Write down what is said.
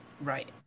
right